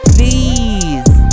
Please